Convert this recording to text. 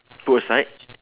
put aside